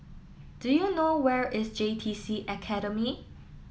do you know where is J T C Academy